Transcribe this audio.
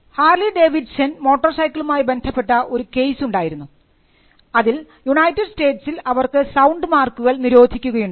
Harley Davidson motor സൈക്കിളുമായി ബന്ധപ്പെട്ട ഒരു കേസ് ഉണ്ടായിരുന്നു അതിൽ യുണൈറ്റഡ് സ്റ്റേറ്റ്സിൽ അവർക്ക് സൌണ്ട് മാർക്കുകൾ നിരോധിക്കുകയുണ്ടായി